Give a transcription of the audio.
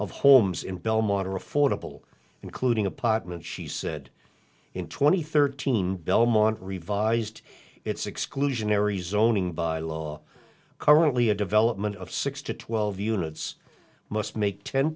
of homes in belmont are affordable including apartment she said in two thousand and thirteen belmont revised its exclusionary zoning by law currently a development of six to twelve units must make ten